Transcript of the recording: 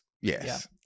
Yes